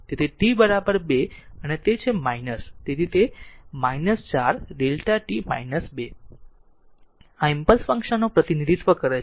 તેથી t 2 અને તે છે તેથી તે છે 4 Δ t 2 આ ઈમ્પલસ ફંક્શન નું પ્રતિનિધિત્વ છે